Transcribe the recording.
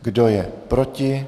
Kdo je proti?